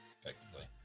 effectively